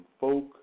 folk